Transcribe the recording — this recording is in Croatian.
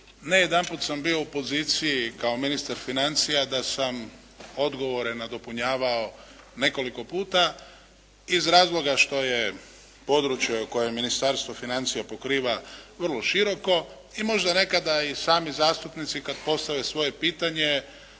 Ne jedanput sam bio u poziciji kao ministar financija da sam odgovore nadopunjavao nekoliko puta iz razloga što je područje koje Ministarstvo financija pokriva vrlo široko i možda nekada i sami zastupnici kada postave svoje pitanje